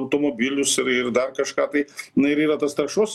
automobilius ir ir dar kažką tai na ir yra tas taršos